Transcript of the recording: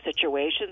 situations